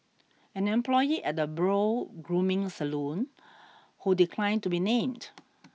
an employee at a brow grooming salon who declined to be named